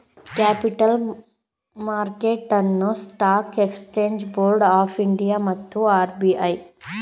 capital market ಅನ್ನು stock exchange board of India ಮತ್ತು RBI ನಿಯಂತ್ರಿಸುತ್ತದೆ